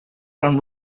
ran